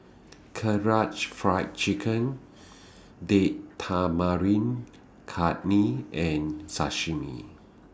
Karaage Fried Chicken Date Tamarind Chutney and Sashimi